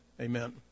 amen